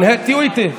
תהיו איתי,